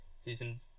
Season